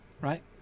right